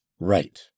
right